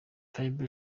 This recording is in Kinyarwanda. fibre